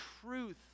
truth